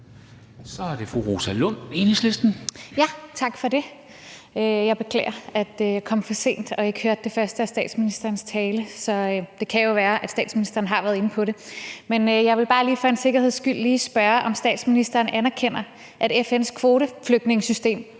Så er det fru Rosa Lund, Enhedslisten. Kl. 10:57 Rosa Lund (EL): Tak for det. Jeg beklager, at jeg kom for sent og ikke hørte det første af statsministerens tale, så det kan jo være, at statsministeren har været inde på det. Jeg vil bare lige for en sikkerheds skyld spørge, om statsministeren anerkender, at FN's kvoteflygtningesystem